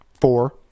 four